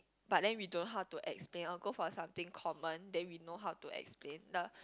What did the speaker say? but then we don't how to explain I will go for something common then we know how to explain the